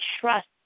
trust